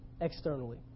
externally